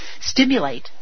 stimulate